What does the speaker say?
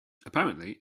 apparently